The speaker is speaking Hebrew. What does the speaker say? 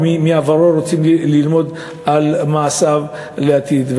ומעברו רוצים ללמוד על מעשיו לעתיד.